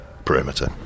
Perimeter